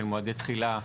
של מועדי תחילה,